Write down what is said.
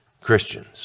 Christians